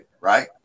right